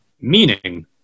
Meaning